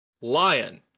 Lion